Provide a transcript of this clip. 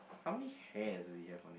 how many hairs does he have on